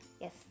yes